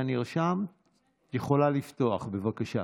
עצמאי), התשפ"א